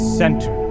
center